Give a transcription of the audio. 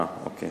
אה, אוקיי.